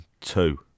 two